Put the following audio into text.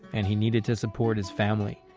and he needed to support his family.